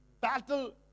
battle